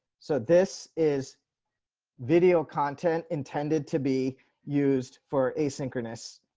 so this is video content intended to be used for asynchronous.